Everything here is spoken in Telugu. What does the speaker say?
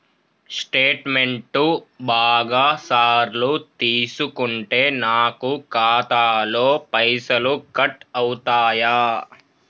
స్టేట్మెంటు బాగా సార్లు తీసుకుంటే నాకు ఖాతాలో పైసలు కట్ అవుతయా?